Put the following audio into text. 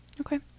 Okay